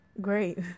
Great